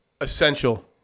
essential